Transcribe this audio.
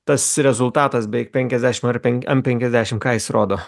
tas rezultatas beveik penkiasdešim ar penk ant penkiasdešim ką jis rodo